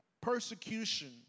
Persecution